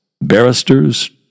Barristers